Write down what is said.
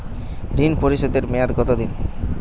ঋণ পরিশোধের মেয়াদ কত দিন?